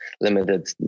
limited